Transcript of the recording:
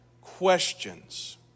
questions